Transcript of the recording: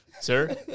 Sir